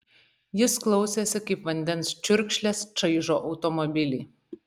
jis klausėsi kaip vandens čiurkšlės čaižo automobilį